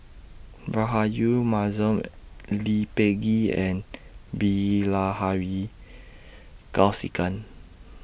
Rahayu Mahzam Lee Peh Gee and Bilahari Kausikan